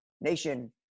nation